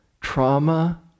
trauma